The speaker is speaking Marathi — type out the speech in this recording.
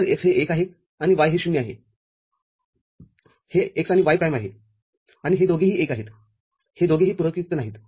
तर x हे एक आहे आणि y हे ० आहे हे x आणि y प्राइम आहेआणि हे दोघेही एक आहेत हे दोघेही पुरकयुक्त नाहीत